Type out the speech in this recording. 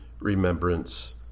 remembrance